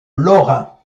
lorrain